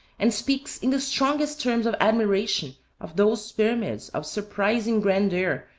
and speaks in the strongest terms of admiration of those pyramids of surprising grandeur,